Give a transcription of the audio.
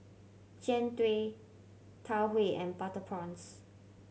Jian Dui Tau Huay and butter prawns